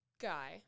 guy